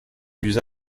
plus